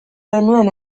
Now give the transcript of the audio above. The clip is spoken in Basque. genuen